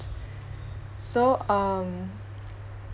so um